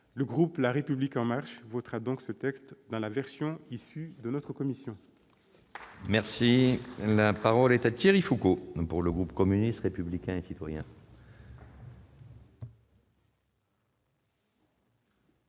Le groupe La République en marche votera donc ce texte dans la version issue des travaux de notre commission. La parole est à M. Thierry Foucaud, pour le groupe communiste républicain et citoyen.